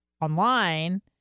online